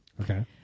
Okay